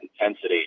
intensity